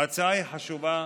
ההצעה היא חשובה.